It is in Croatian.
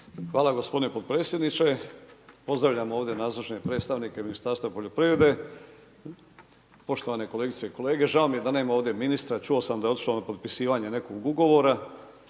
Hvala gospodine potpredsjedniče. Pozdravljam ovdje nazočne predstavnike Ministarstva poljoprivrede, poštovane kolegice i kolege. Žao mi je da nema ovdje ministra, čuo sam da je otišao na potpisivanje nekog ugovora.